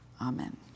amen